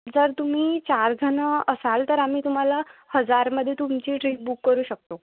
जर तुम्ही चार जणं असाल तर आम्ही तुम्हाला हजारमध्ये तुमची ट्रीप बुक करू शकतो